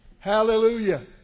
Hallelujah